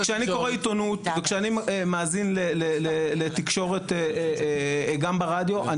כשאני קורא עיתונות וכשאני מאזין לתקשורת גם ברדיו,